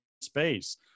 space